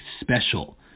special